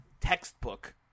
textbook